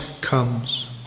comes